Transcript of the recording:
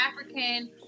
African